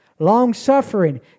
long-suffering